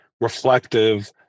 reflective